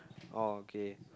orh okay